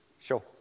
Sure